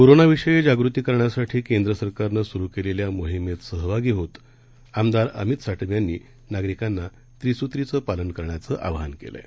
कोरोनाविषयीजागृतीकरण्यासाठीकेंद्रसरकारनंस्रुकेलेल्यामोहीमेतसहभागीहोत आमदारअमितसाटमयांनीनागरिकांनात्रिस्त्रीचंपालनकरण्याचंआवाहनकेलंय